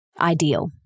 ideal